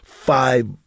Five